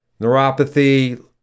neuropathy